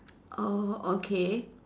oh okay